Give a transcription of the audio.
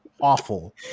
awful